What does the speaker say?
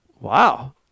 Wow